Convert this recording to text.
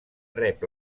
rep